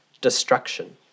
Destruction